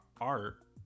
art